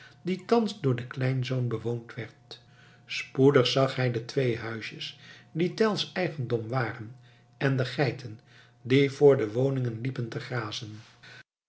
die thans door den kleinzoon bewoond werd spoedig zag hij de twee huisjes die tell's eigendom waren en de geiten die voor de woningen liepen te grazen